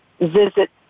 visit